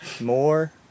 more